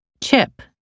Chip